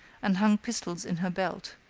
and hung pistols in her belt.